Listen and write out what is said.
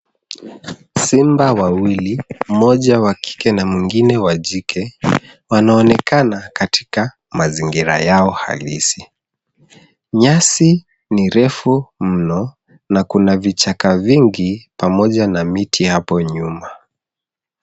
Simba wawili, mmoja wa kike na mwingine wa jike, wanaonekana katika mazingira yao halisi. Nyasi ni refu mno na kuna vichaka vingi pamoja na miti hapo nyuma.